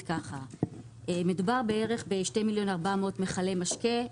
מדובר בכ-2 מיליון ו-400 מיכלי משקה,